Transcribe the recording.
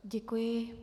Děkuji.